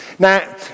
Now